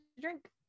drink